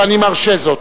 ואני מרשה זאת.